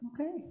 Okay